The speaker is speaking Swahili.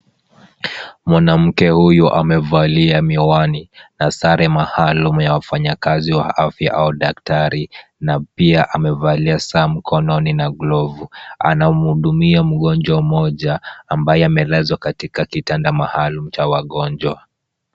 Mwanamke huyu amevalia miwani na sare maalum ya wafanyikazi wa afya au daktari na pia amevalia saa mkononi na glovu. Anamhudumia mgonjwa mmoja, ambaye amelazwa katika kitanda maalum cha wagonjwa.